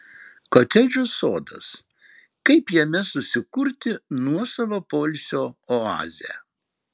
kotedžo sodas kaip jame susikurti nuosavą poilsio oazę